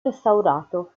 restaurato